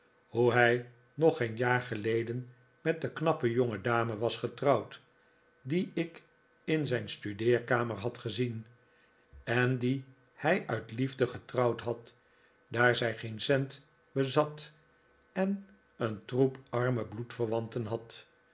hoe hij nog geen jaar geleden met de knappe jongedame was getrouwd die ik in zijn studeerkamer had gezien en die hij uit liefde getrouwd had daar zij geen cent bezat en een troep arme bloedverwanten had